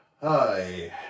Hi